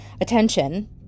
attention